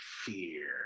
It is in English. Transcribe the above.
fear